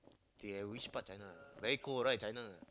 they at which part China very cold right China